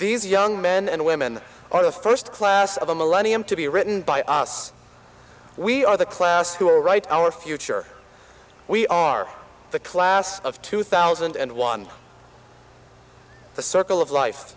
these young men and women on a first class of a millennium to be written by us we are the class who are right our future we are the class of two thousand and one the circle of life